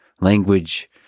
Language